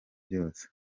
byose